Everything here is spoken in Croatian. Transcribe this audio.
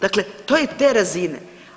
Dakle, to je te razine.